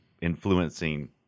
influencing